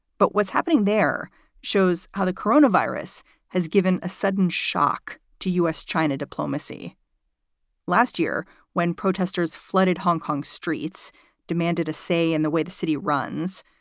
but what's happening there shows how the coronavirus has given a sudden shock to us. china diplomacy last year when protesters flooded hong kong streets demanded a say in the way the city runs.